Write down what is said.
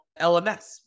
LMS